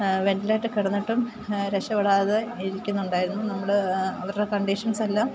വെൻറ്റിലേറ്ററിൽ കിടന്നിട്ടും രക്ഷപ്പെടാതെ ഇരിക്കുന്നുണ്ടായിരുന്നു നമ്മുടെ അവരുടെ കണ്ടീഷൻസെല്ലാം